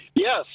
Yes